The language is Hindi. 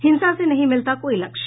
हिंसा से नहीं मिलता कोई लक्ष्य